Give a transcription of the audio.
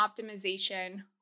optimization